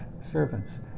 servants